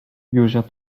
józia